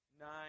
nine